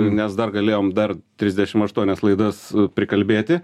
nes dar galėjom dar trisdešim aštuonias laidas prikalbėti